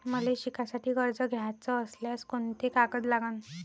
मले शिकासाठी कर्ज घ्याचं असल्यास कोंते कागद लागन?